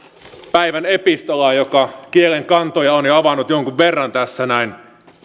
päivän epistolaan joka kielenkantoja on jo avannut jonkun verran tässä näin